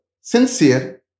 sincere